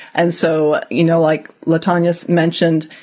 and so, you know, like latonia mentioned,